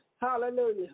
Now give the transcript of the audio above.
Hallelujah